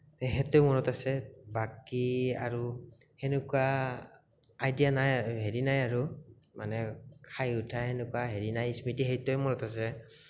সেইটো মনত আছে বাকী আৰু সেনেকুৱা আইডিয়া নাই হেৰি নাই আৰু মানে হাঁহি উঠা সেনেকুৱা হেৰি নাই স্মৃতি সেইটোৱেই মনত আছে